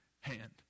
hand